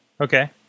Okay